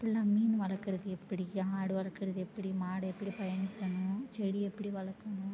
ஃபுல்லாக மீன் வளர்க்கறது எப்படி ஆடு வளர்க்கறது எப்படி மாடு எப்படி செடி எப்படி வளர்க்கணும்